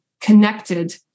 connected